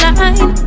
line